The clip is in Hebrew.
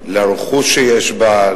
לרכוש שיש בה,